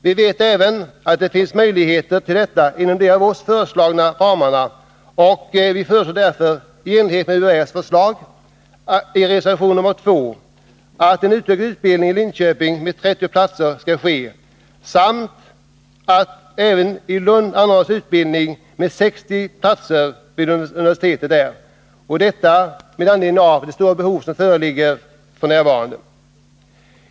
Vi vet även att det finns möjligheter till detta inom de av oss föreslagna ramarna, och i enlighet med UHÄ:s förslag föreslår vi därför i reservation nr 2 en utökad utbildning i Linköping med 30 platser samt att en utbildning med 60 platser skall anordnas vid universitetet i Lund — detta med anledning av det stora behov som föreligger f. n.